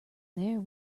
there